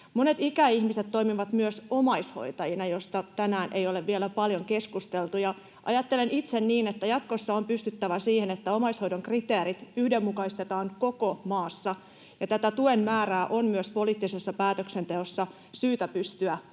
Monet ikäihmiset toimivat myös omaishoitajina, mistä tänään ei ole vielä paljon keskusteltu, ja ajattelen itse niin, että jatkossa on pystyttävä siihen, että omaishoidon kriteerit yhdenmukaistetaan koko maassa, ja tätä tuen määrää on myös poliittisessa päätöksenteossa syytä pystyä tarkistamaan.